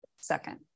second